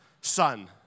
son